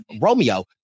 Romeo